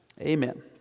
Amen